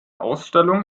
ausstellung